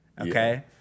Okay